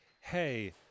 hey